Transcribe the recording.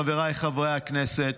חבריי חברי הכנסת,